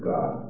God